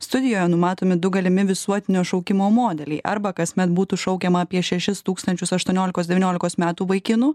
studijoje numatomi du galimi visuotinio šaukimo modeliai arba kasmet būtų šaukiama apie šešis tūkstančius aštuoniolikos devyniolikos metų vaikinų